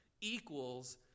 equals